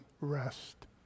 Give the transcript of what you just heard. rest